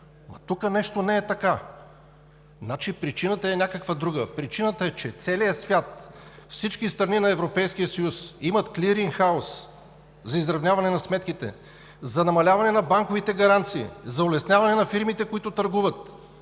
Тук нещо не е така. Причината е някаква друга. Причината е, че целият свят, всички страни на Европейския съюз имат клиринг хауз за изравняване на сметките, за намаляване на банковите гаранции, за улесняване на фирмите, които търгуват.